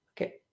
Okay